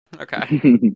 Okay